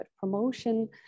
promotion